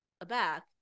aback